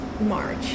March